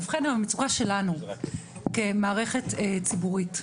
ובכן, המצוקה שלנו כמערכת ציבורית.